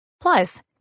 Plus